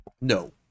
No